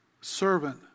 servant